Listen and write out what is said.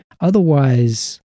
Otherwise